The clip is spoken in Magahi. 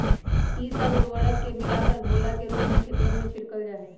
ई सब उर्वरक के मिलाकर घोला के रूप में खेतवन में छिड़कल जाहई